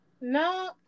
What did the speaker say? No